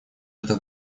этот